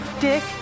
dick